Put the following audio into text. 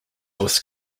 was